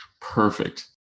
Perfect